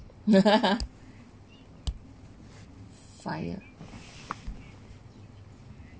fire